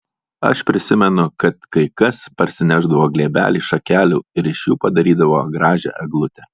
aš prisimenu kad kai kas parsinešdavo glėbelį šakelių ir iš jų padarydavo gražią eglutę